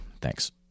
Thanks